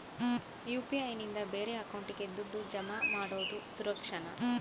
UPI ನಿಂದ ಬೇರೆ ಅಕೌಂಟಿಗೆ ದುಡ್ಡು ಜಮಾ ಮಾಡೋದು ಸುರಕ್ಷಾನಾ?